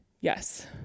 Yes